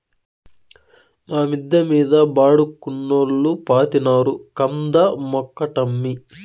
మా మిద్ద మీద బాడుగకున్నోల్లు పాతినారు కంద మొక్కటమ్మీ